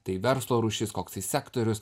tai verslo rūšis koksai sektorius